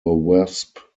wasp